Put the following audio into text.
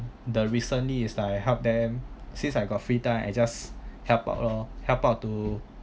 the recently is like help them since I got free time I just help out lor help out to